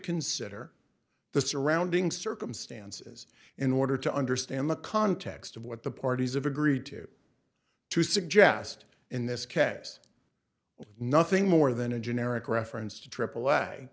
consider the surrounding circumstances in order to understand the context of what the parties of agreed to to suggest in this case nothing more than a generic reference to